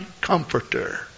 comforter